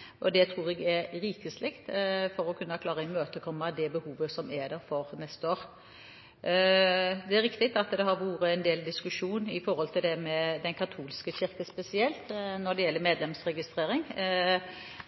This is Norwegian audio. Stortinget. Det tror jeg er rikelig for å kunne klare å imøtekomme behovet for neste år. Det er riktig at det har vært en del diskusjon om Den katolske kirke, spesielt når det gjelder medlemsregistrering.